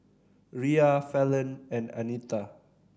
Riya Fallon and Anita